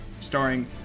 starring